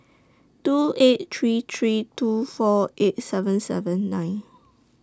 two eight three three two four eight seven seven nine